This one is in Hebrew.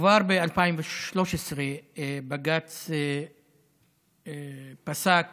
כבר ב-2013 בג"ץ פסק